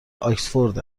آکسفورد